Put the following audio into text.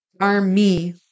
army